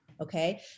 Okay